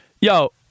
yo